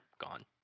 gone